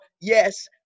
yes